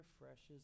refreshes